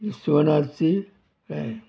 इसणाची fry